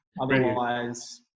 Otherwise